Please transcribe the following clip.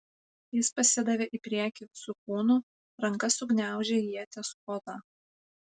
jis pasidavė į priekį visu kūnu ranka sugniaužė ieties kotą